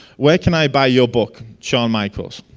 where can i buy your book shawn michaels?